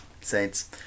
Saints